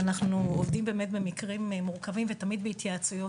במקרים המורכבים אנחנו עובדים בהתייעצויות